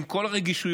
עם כל הרגישויות.